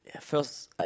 First